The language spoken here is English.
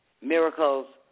Miracles